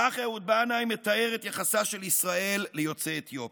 כך אהוד בנאי מתאר את יחסה של ישראל ליוצאי אתיופיה.